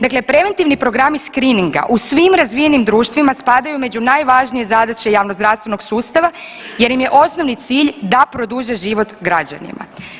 Dakle, preventivni programi screeninga u svim razvijenim društvima spadaju među najvažnije zadaće javnozdravstvenog sustava jer im je osnovni cilj da produže život građanima.